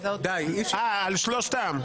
אה, על שלושתם.